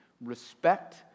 Respect